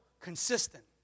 consistent